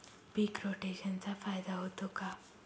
पीक रोटेशनचा फायदा होतो का?